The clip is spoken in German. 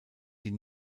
die